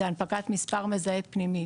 זה הנפקת מספר מזהה פנימי.